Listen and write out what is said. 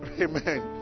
Amen